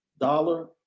dollar